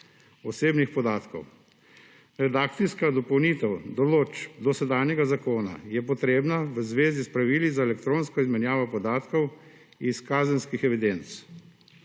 osebnih podatkov. Redakcijska dopolnitev določb dosedanjega zakona je potrebna v zvezi s pravili za elektronsko izmenjavo podatkov iz kazenskih evidenc.